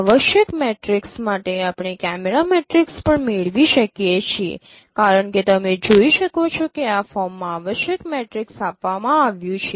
આવશ્યક મેટ્રિક્સ માટે આપણે કેમેરા મેટ્રિક્સ પણ મેળવી શકીએ છીએ કારણ કે તમે જોઈ શકો છો કે આ ફોર્મમાં આવશ્યક મેટ્રિક્સ આપવામાં આવ્યું છે